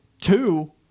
two